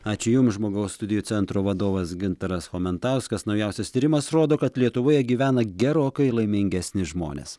ačiū jums žmogaus studijų centro vadovas gintaras chomentauskas naujausias tyrimas rodo kad lietuvoje gyvena gerokai laimingesni žmonės